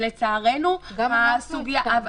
גם אנחנו הסכמנו, מירה.